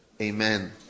Amen